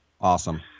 Awesome